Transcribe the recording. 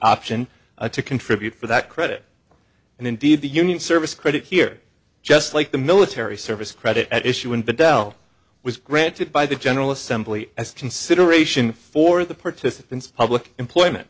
option to contribute for that credit and indeed the union service credit here just like the military service credit at issue in bell was granted by the general assembly as consideration for the participants public employment